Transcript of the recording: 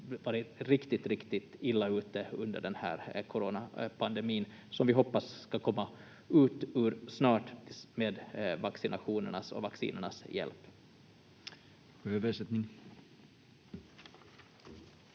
varit riktigt, riktigt illa ute under den här coronapandemin som vi hoppas komma ut ur snart med vaccinationernas och vaccinernas hjälp. [Tulkki